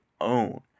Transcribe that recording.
own